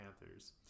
Panthers